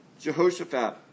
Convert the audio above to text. Jehoshaphat